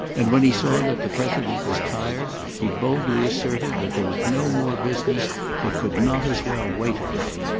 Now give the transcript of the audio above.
and when he saw that the president was tired, he boldly asserted that there was no more business that could not as well wait a day,